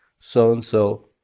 So-and-so